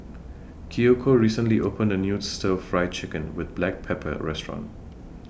Kiyoko recently opened A New Stir Fry Chicken with Black Pepper Restaurant